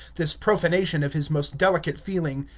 this profanation of his most delicate feeling,